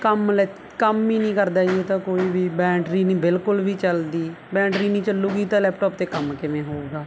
ਕੰਮ ਲੈ ਕੰਮ ਹੀ ਨਹੀਂ ਕਰਦਾ ਜੀ ਇਹ ਤਾਂ ਕੋਈ ਵੀ ਬੈਂਟਰੀ ਨਹੀਂ ਬਿਲਕੁਲ ਵੀ ਚਲਦੀ ਬੈਂਟਰੀ ਨਹੀਂ ਚੱਲੂਗੀ ਤਾਂ ਲੈਪਟਾਪ 'ਤੇ ਕੰਮ ਕਿਵੇਂ ਹੋਵੇਗਾ